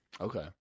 Okay